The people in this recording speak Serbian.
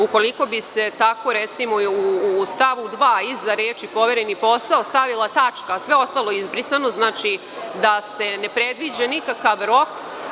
Ukoliko bi se tako, recimo, u stavu 2. iza reči: „povereni posao“ stavila tačka, a sve ostalo izbrisalo, to znači da se ne predviđa nikakav rok.